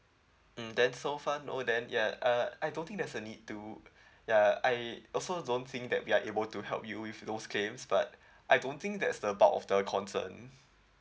mm then so far no then ya uh I don't think there's a need to ya I also don't think that we are able to help you with those claims but I don't think that's the bulk of the concern